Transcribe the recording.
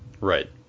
Right